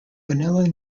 vanilla